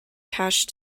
cache